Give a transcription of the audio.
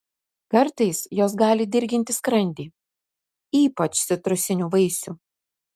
kartais jos gali dirginti skrandį ypač citrusinių vaisių